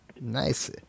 nice